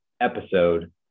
episode